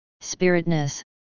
spiritness